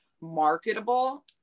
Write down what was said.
marketable